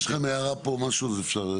אוקיי אם יש לכם הערה פה, משהו\ אז אפשר.